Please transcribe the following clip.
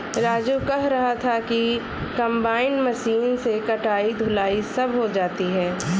राजू कह रहा था कि कंबाइन मशीन से कटाई धुलाई सब हो जाती है